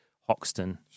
Hoxton